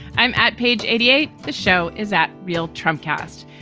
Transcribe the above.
i'm at page eighty eight. the show is that real trump cast.